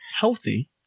healthy